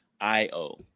IO